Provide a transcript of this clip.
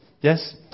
Yes